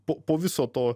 po po viso to